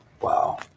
wow